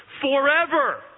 forever